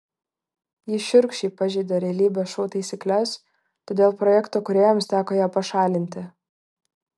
ji šiurkščiai pažeidė realybės šou taisykles todėl projekto kūrėjams teko ją pašalinti